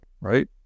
right